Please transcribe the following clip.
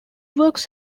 works